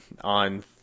on